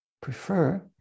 prefer